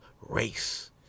race